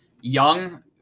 young